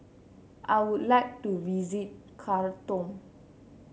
I would like to visit Khartoum